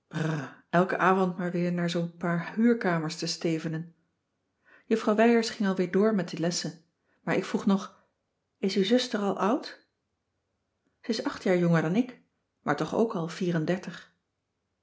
brr elken avond maar weer aan naar zoo'n paar huurkamers te stevenen juffrouw wijers ging alweer door met de lessen maar ik vroeg nog is uw zuster al oud ze is acht jaar jonger dan ik maar toch ook al